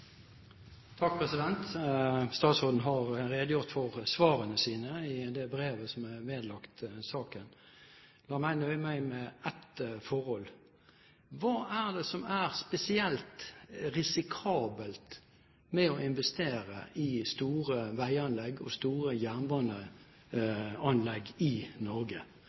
La meg nøye meg med ett forhold: Hva er det som er spesielt risikabelt med å investere i store veianlegg og store jernbaneanlegg i